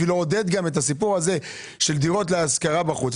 בשביל לעודד גם את הסיפור הזה של דירות להשכרה בחוץ,